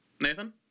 Nathan